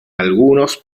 algunos